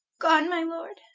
gone my lord,